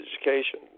education